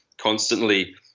constantly